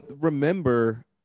remember